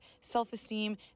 self-esteem